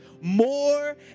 more